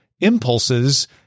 impulses